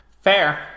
Fair